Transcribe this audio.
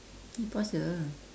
he puasa